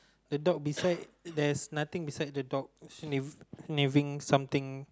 a dog beside there's nothing beside the dog sniffing something